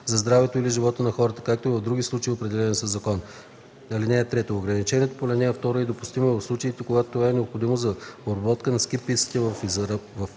за здравето или живота на хората, както и в други случаи, определени със закон. (3) Ограничението по ал. 2 е допустимо и в случаите, когато това е необходимо за обработка на ски пистите, в